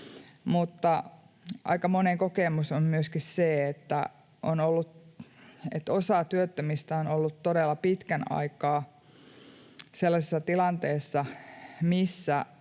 aika monen kokemus on myöskin se, että on työttömänä ollut todella pitkän aikaa sellaisessa tilanteessa, missä